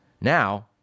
Now